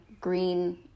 green